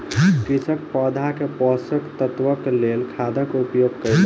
कृषक पौधा के पोषक तत्वक लेल खादक उपयोग कयलक